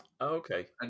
Okay